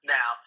Now